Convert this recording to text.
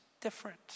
different